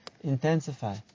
intensify